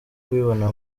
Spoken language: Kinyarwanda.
kubibona